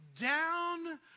down